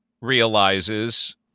realizes